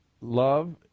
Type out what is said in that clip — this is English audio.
love